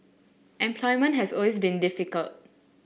employment has always been difficult